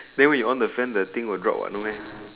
the wait you on the fan the thing will drop what no meh